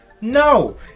No